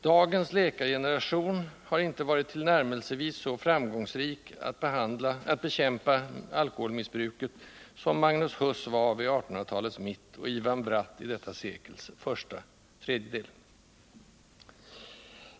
Dagens läkargeneration har inte varit tillnärmelsevis så framgångsrik att bekämpa alkoholmissbruket som Magnus Huss var vid 1800-talets mitt och Ivan Bratt i detta sekels första tredjedel.